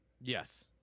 yes